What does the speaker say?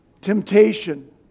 temptation